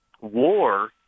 war